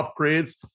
upgrades